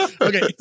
Okay